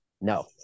no